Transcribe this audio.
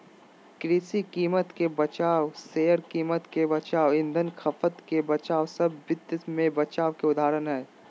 कृषि कीमत के बचाव, शेयर कीमत के बचाव, ईंधन खपत के बचाव सब वित्त मे बचाव के उदाहरण हय